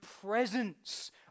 presence